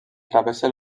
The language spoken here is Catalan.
travessa